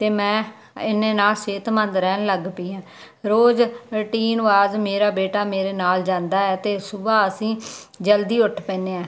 ਤੇ ਮੈਂ ਇਨੇ ਨਾਲ ਸਿਹਤ ਮੰਦ ਰਹਿਣ ਲੱਗ ਪਈ ਐ ਰੋਜ਼ ਰੁਟੀਨ ਵਾਜ ਮੇਰਾ ਬੇਟਾ ਮੇਰੇ ਨਾਲ ਜਾਂਦਾ ਹ ਤੇ ਸੁਬਹਾ ਅਸੀਂ ਜਲਦੀ ਉੱਠ ਪੈਨੇ ਆ